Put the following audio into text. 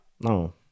No